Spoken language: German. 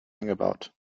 angebaut